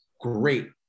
great